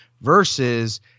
versus